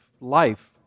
life